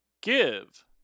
give